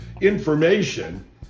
information